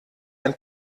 ein